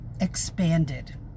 expanded